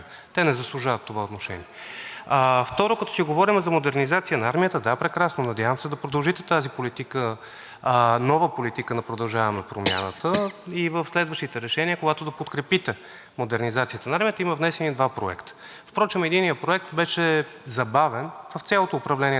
нова политика на „Продължаваме Промяната“ и в следващите решения, когато да подкрепите модернизацията на армията – има внесени два проекта. Впрочем единият проект беше забавен в цялото управление на мандата на господин Петков като министър-председател и можеше да бъде внесен. Имаше, да, загубено време, защото Проектът за инвестиционна програма на